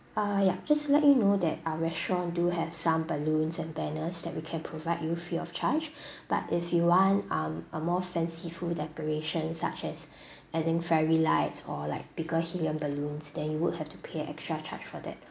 err yup just let you know that our restaurant do have some balloons and banners that we can provide you free of charge but if you want um a more fanciful decorations such as adding fairy lights or like bigger helium balloons then you would have to pay extra charge for that